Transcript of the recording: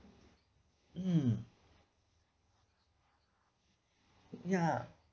mm ya